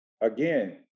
again